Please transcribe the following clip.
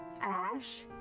Ash